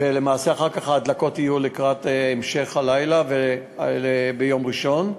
ויהיו הדלקות לאחר מכן בהמשך הלילה וביום ראשון.